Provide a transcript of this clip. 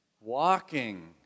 Walking